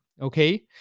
okay